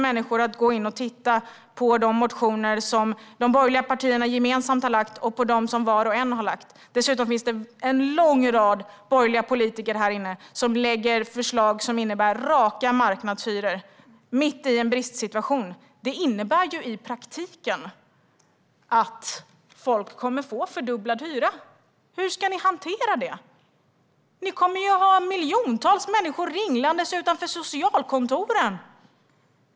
Människor kan läsa de motioner som de borgerliga partierna var för sig och gemensamt har väckt. Dessutom finns det en lång rad borgerliga politiker här inne som lägger fram förslag som innebär marknadshyror mitt i en bristsituation. Det innebär i praktiken att folk kommer att få fördubblad hyra. Hur ska ni hantera det? Ni kommer att ha miljontals människor som ringlar utanför socialkontoren.